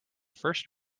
first